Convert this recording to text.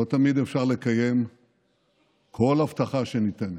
לא תמיד אפשר לקיים כל הבטחה שניתנת,